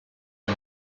est